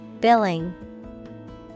Billing